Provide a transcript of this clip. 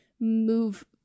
move